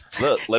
Look